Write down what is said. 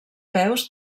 peus